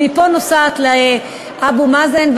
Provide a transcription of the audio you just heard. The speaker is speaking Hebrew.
היא מפה נוסעת לאבו מאזן,